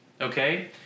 Okay